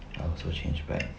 I also change back